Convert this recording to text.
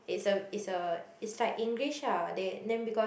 is a is a it's like English lah they then because